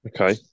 Okay